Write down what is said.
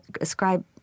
ascribe